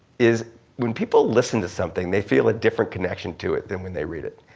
is when people listen to something they feel a different connection to it than when they read it.